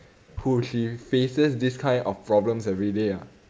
who she faces this kind of problems everyday ah